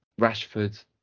Rashford